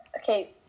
Okay